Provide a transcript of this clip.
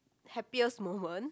happiest moment